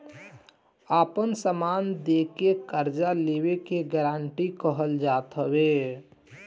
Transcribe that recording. आपन समान दे के कर्जा लेवे के गारंटी कहल जात हवे